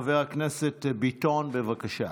חבר הכנסת ביטון, בבקשה.